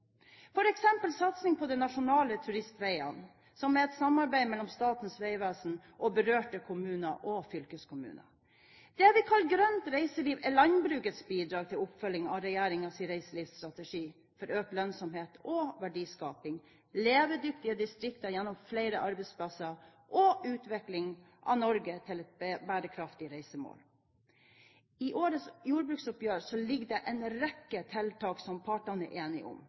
satsing på de nasjonale turistveiene, som er et samarbeid mellom Statens vegvesen og berørte kommuner og fylkeskommuner. Det vi kaller Grønt reiseliv er landbrukets bidrag til oppfølging av regjeringens reiselivsstrategi for økt lønnsomhet og verdiskaping, levedyktige distrikter gjennom flere arbeidsplasser og utvikling av Norge til et bærekraftig reisemål. I årets jordbruksoppgjør ligger det en rekke tiltak som partene er enige om,